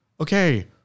okay